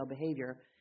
behavior